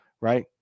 right